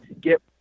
get